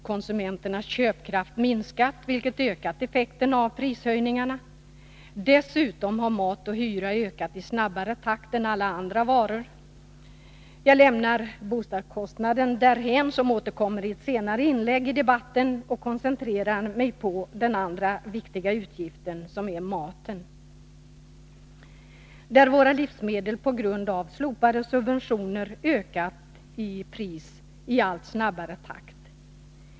Konsumenternas köpkraft har minskat, vilket ökat effekten av prishöjningarna. Dessutom har matpriserna och hyrorna ökat i snabbare takt än alla andra varors priser. Jag lämnar bostadskostnaden därhän, då den kommer att tas upp i ett senare inlägg i debatten, och koncentrerar mig på den andra viktiga utgiftsposten: maten. Priserna på våra baslivsmedel har ju, bl.a. på grund av slopade subventioner, ökat i allt snabbare takt.